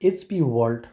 HP world